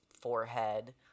forehead